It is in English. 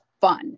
fun